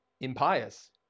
impious